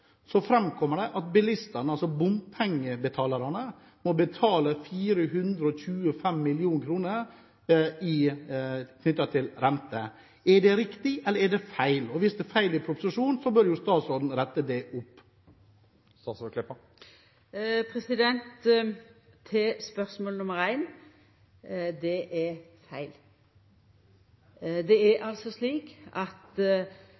det at bilistene – altså bompengebetalerne – må betale 425 mill. kr knyttet til rente. Er det riktig, eller er det feil? Hvis det er feil i proposisjonen, bør jo statsråden rette det opp. Til spørsmål nr. 1: Det er feil. Det er altså slik at